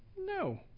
No